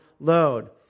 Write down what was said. load